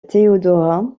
théodora